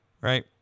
Right